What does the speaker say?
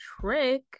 trick